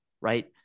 right